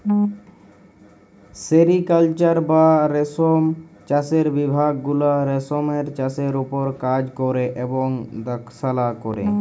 sericulture বা রেশম চাষের বিভাগ গুলা রেশমের চাষের উপর কাজ ক্যরে এবং দ্যাখাশলা ক্যরে